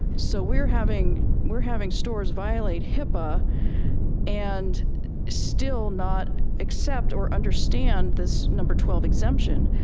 so we're having we're having stores violate hipaa and still not accept or understand this number twelve exemption.